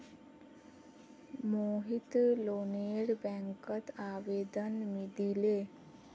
मोहित लोनेर बैंकत आवेदन दिले